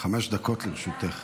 חמש דקות לרשותך.